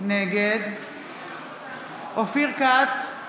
נגד אופיר כץ,